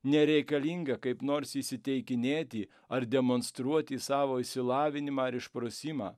nereikalinga kaip nors įsiteikinėti ar demonstruoti savo išsilavinimą ar išprusimą